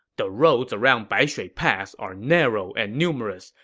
the roads around baishui pass are narrow and numerous.